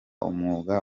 umwuga